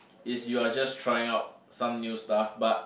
is you're just trying out some new stuff but